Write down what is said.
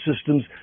systems